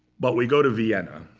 but we go to vienna.